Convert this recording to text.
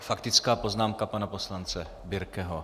Faktická poznámka pana poslance Birkeho.